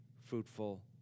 fruitful